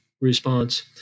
response